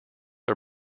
are